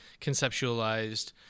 conceptualized